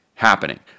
happening